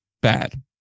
bad